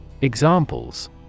Examples